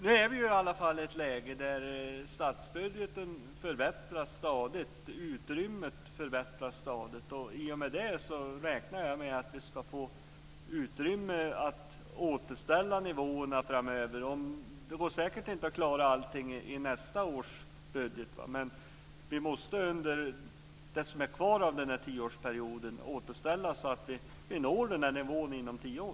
Nu är vi i ett läge där statsbudgeten och utrymmet förbättras stadigt. I och med det räknar jag med att vi ska få utrymme att återställa nivåerna framöver. Det går säkert inte att klara allting i nästa års budget. Men vi måste under den tid som är kvar av tioårsperioden återställa så att vi når nivån inom tio år.